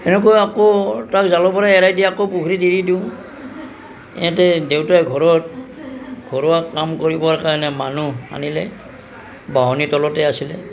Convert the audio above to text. তেনেকৈ আকৌ তাক জালৰ পৰা এৰাই দি আকৌ পুখুৰীত এৰি দিওঁ ইহঁতে দেউতায়ে ঘৰত ঘৰুৱা কাম কৰিবৰ কাৰণে মানুহ আনিলে বাঁহনি তলতে আছিলে